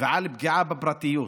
ועל פגיעה בפרטיות,